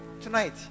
tonight